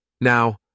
Now